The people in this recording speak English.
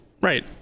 right